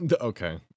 Okay